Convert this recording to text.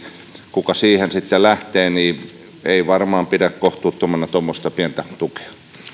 kuka siihen sitten lähtee ei varmaan pidetä kohtuuttomana tuommoista pientä tukea